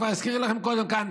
הזכיר לכם קודם כאן